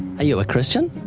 you a christian?